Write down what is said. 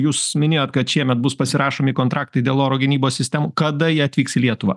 jūs minėjot kad šiemet bus pasirašomi kontraktai dėl oro gynybos sistemų kada jie atvyks į lietuvą